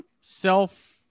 self